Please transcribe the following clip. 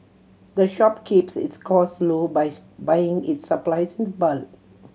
the shop keeps its cost low buys buying its supplies in bulk